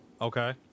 Okay